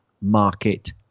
market